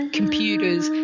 computers